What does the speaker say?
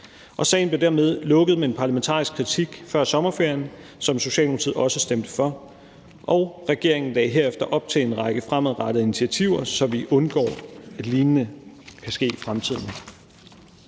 Sagen blev dermed lukket med en parlamentarisk kritik før sommerferien, som Socialdemokratiet også stemte for, og regeringen lagde herefter op til en række fremadrettede initiativer, så vi undgår, at noget lignende kan ske i fremtiden.